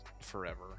forever